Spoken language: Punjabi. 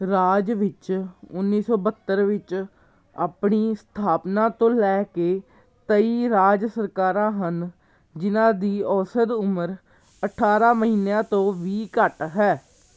ਰਾਜ ਵਿੱਚ ਉੱਨੀ ਸੌ ਬਹੱਤਰ ਵਿੱਚ ਆਪਣੀ ਸਥਾਪਨਾ ਤੋਂ ਲੈ ਕੇ ਤੇਈ ਰਾਜ ਸਰਕਾਰਾਂ ਹਨ ਜਿਨ੍ਹਾਂ ਦੀ ਔਸਤ ਉਮਰ ਅਠਾਰ੍ਹਾਂ ਮਹੀਨਿਆਂ ਤੋਂ ਵੀ ਘੱਟ ਹੈ